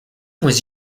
was